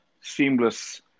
seamless